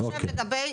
אוקיי.